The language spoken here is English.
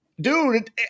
Dude